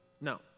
no